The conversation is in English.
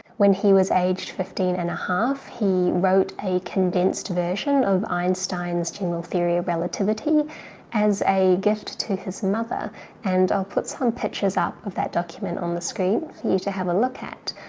when he was aged fifteen and a half he wrote a condensed version of einstein's general theory of relativity as a gift to his mother and i'll put some pictures up of that document on the screen for you to have a look at.